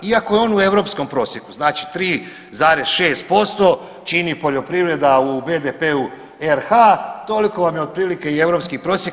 Iako je on u europskom prosjeku, znači 3,6% čini poljoprivreda u BDP-u RH toliko vam je otprilike i europski prosjek.